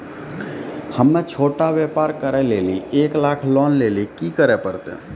हम्मय छोटा व्यापार करे लेली एक लाख लोन लेली की करे परतै?